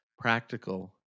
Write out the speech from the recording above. Practical